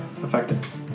effective